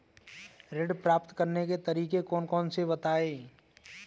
ऋण प्राप्त करने के तरीके कौन कौन से हैं बताएँ?